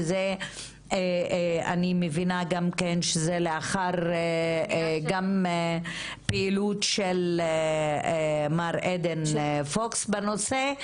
שזה אני מבינה גם כן שזה לאחר פעילות של מר עדן פוקס בנושא,